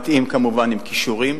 מתאים כמובן, עם כישורים,